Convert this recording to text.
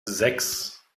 sechs